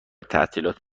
تعطیلات